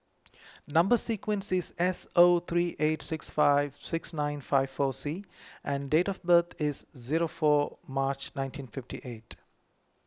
Number Sequence is S O three eight six five six nine five four C and date of birth is zero four March nineteen fifty eight